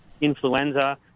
influenza